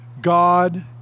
God